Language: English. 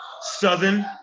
Southern